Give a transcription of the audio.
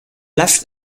left